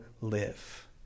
live